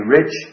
rich